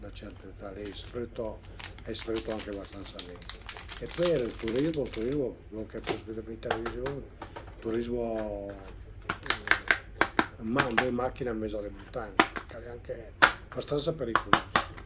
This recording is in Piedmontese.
bosch, sicürament le mustre e cule coze li, comuncue travaiuerìa ël bosch